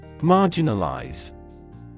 Marginalize